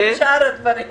אני מעורה עם חברי הכנסת.